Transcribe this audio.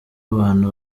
abantu